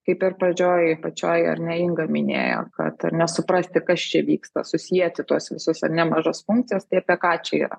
kaip ir pradžioj pačioj ar ne inga minėjo kad ar nesuprasti kas čia vyksta susieti tuos visus ar ne mažas funkcijas tai apie ką čia yra